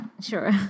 sure